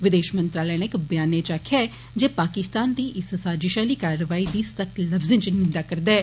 विदेश मंत्रालय नै इक व्यानै च आक्खेआ जे पाकिस्तान दी इस साजिश आली कारवाई दी सख्त लफजे च निन्देआ करदा ऐ